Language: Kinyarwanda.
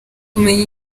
kumenya